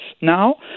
now